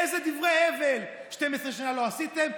איזה דברי הבל: 12 שנה לא עשיתם,